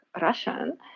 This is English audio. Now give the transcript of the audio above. Russian